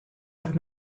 have